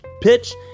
pitch